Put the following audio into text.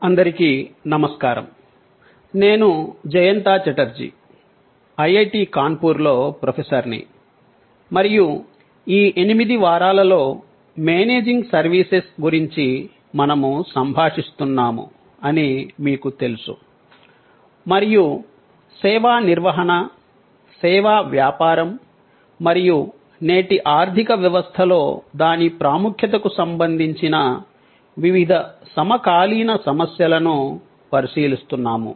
అందరికీ నమస్కారం నేను జయంత ఛటర్జీ ఐఐటి కాన్పూర్ లో ప్రొఫెసర్ ని మరియు ఈ 8 వారాలలో మేనేజింగ్ సర్వీసెస్ గురించి మనము సంభాషిస్తున్నాము అని మీకు తెలుసు మరియు సేవా నిర్వహణ సేవా వ్యాపారం మరియు నేటి ఆర్థిక వ్యవస్థలో దాని ప్రాముఖ్యతకు సంబంధించిన వివిధ సమకాలీన సమస్యలను పరిశీలిస్తున్నాము